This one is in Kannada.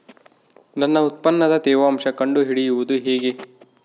ನನ್ನ ಉತ್ಪನ್ನದ ತೇವಾಂಶ ಕಂಡು ಹಿಡಿಯುವುದು ಹೇಗೆ?